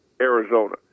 Arizona